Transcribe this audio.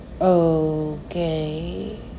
Okay